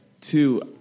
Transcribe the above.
Two